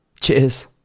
Cheers